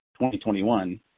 2021